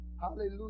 Hallelujah